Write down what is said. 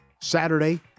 Saturday